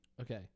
Okay